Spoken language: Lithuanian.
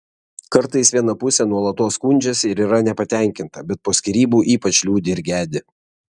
kartais viena pusė nuolatos skundžiasi ir yra nepatenkinta bet po skyrybų ypač liūdi ir gedi